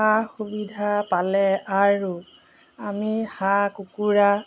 সুবিধা পালে আৰু আমি হাঁহ কুকুৰা